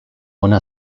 ona